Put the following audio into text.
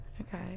okay